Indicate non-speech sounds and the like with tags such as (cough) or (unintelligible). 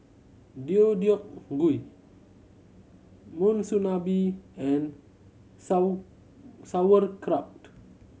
Deodeok Gui Monsunabe and (unintelligible) Sauerkraut